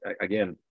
again